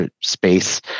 space